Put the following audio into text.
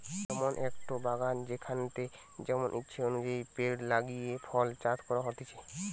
এমন একটো বাগান যেখানেতে যেমন ইচ্ছে অনুযায়ী পেড় লাগিয়ে ফল চাষ করা হতিছে